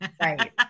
right